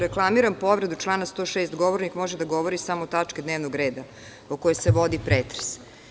Reklamiram povredu člana 106. - govornik može da govori samo o tački dnevnog reda o kojoj se vodi pretres.